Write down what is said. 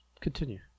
continue